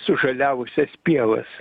sužaliavusias pievas